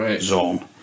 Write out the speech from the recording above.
zone